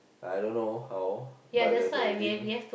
I don't know how but there's a link